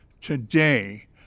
today